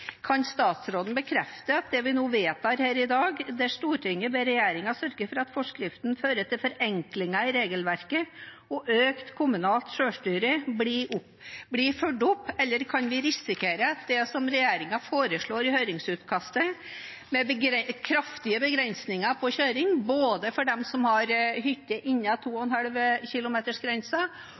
Kan statsråden bekrefte at det vi nå vedtar her i dag, der Stortinget ber regjeringen sørge for at forskriften fører til forenklinger i regelverket og økt kommunalt selvstyre, blir fulgt opp? Eller kan vi risikere det som regjeringen foreslår i høringsutkastet, med kraftige begrensninger på kjøring både for dem som har hytte innenfor 2,5